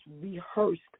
rehearsed